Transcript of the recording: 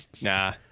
Nah